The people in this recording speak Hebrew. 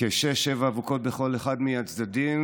כשש-שבע אבוקות בכל אחד מהצדדים.